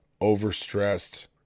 Overstressed